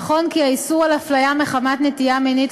נכון כי האיסור על הפליה מחמת נטייה מינית